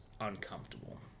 uncomfortable